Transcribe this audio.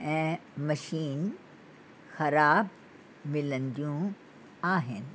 ऐं मशीन ख़राबु मिलंदियूं आहिनि